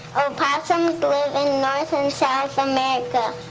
opossums live in north and south america.